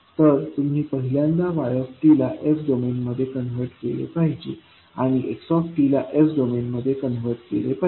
तर तुम्ही पहिल्यांदा y ला s डोमेनमध्ये कन्वर्ट केले पाहिजे आणि x ला s डोमेनमध्ये कन्वर्ट केले पाहिजे